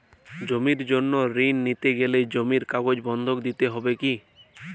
জমির জন্য ঋন নিতে গেলে জমির কাগজ বন্ধক দিতে হবে কি?